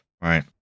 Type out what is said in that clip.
Right